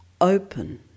open